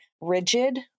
rigid